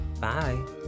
Bye